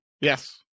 Yes